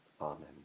Amen